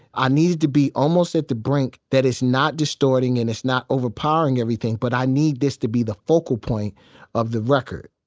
i need it to be almost at the brink that it's not distorting and it's not overpowering everything, but i need this to be the focal point of the record.